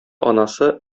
анасы